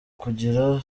kugira